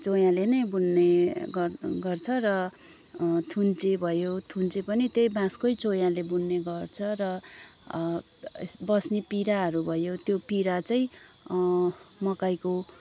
चोयाले नै बुन्ने गर् गर्छ र थुन्चे भयो थुन्चे पनि त्यही बाँसकै चोयाले बुन्ने गर्छ र बस्ने पिराहरू भयो त्यो पिरा चाहिँ मकैको